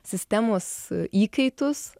sistemos įkaitus